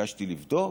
ביקשתי לבדוק,